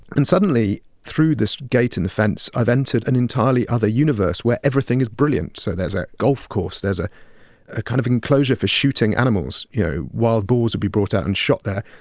and suddenly through this gate in the fence, i've entered an entirely other universe where everything is brilliant. so there's a golf course. there's ah a kind of enclosure for shooting animals. you know, wild boars would be brought out and shot there.